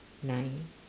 nine